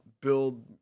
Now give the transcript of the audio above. build